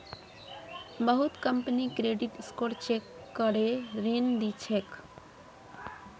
बहुत company credit score check करे ऋण दी छेक